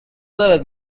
دارد